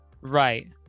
Right